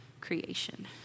creation